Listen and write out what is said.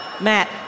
Matt